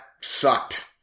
sucked